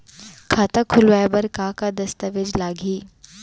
खाता खोलवाय बर का का दस्तावेज लागही?